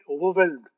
overwhelmed